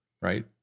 right